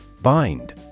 BIND